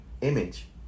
image